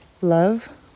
love